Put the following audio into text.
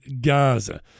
Gaza